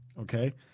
Okay